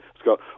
Scott